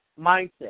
mindset